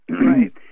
Right